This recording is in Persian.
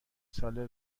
ساله